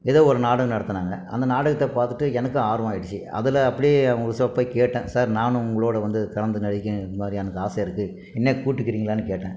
ஏதோ ஒரு நாடகம் நடத்தினாங்க அந்த நாடகத்தைப் பார்த்துட்டு எனக்கும் ஆர்வம் ஆயிடுச்சு அதில் அப்படியே அவுக சார்கிட்ட போய் கேட்டேன் சார் நானும் உங்களோடு வந்து கலந்து நடிக்கணும் இந்த மாதிரி எனக்கு ஆசையாக இருக்குது என்ன கூட்டுக்கிறீங்களான்னு கேட்டேன்